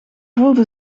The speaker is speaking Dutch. voelde